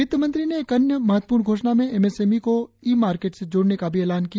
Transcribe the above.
वित्त मंत्री ने एक अन्य महत्वपूर्ण घोषणा में एमएसएमई को ई मार्केट से जोडने का भी ऐलान किया